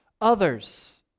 others